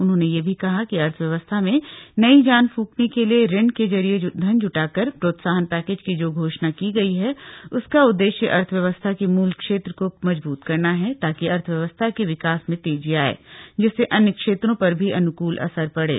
उन्होंने यह भी कहा कि अर्थव्यवस्था में नई जान फूंकने के लिए ऋण के जरिए धन जुटा कर प्रोत्साहन पैकेज की जो घोषणा की गई है उसका उद्देश्य अर्थव्यवस्था के मूल क्षेत्र को मजबूत करना है ताकि अर्थव्यवस्था के विकास में तेजी आए जिससे अन्य क्षेत्रों पर भी अनुकूल असर पड़े